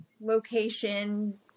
location